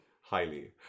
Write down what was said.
Highly